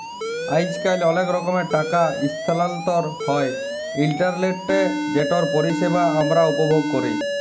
আইজকাল অলেক রকমের টাকা ইসথালাল্তর হ্যয় ইলটারলেটে যেটর পরিষেবা আমরা উপভোগ ক্যরি